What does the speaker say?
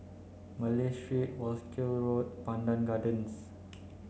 Malay Street Wolskel Road Pandan Gardens